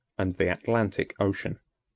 and the atlantic ocean.